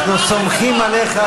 אנחנו סומכים עליך,